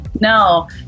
No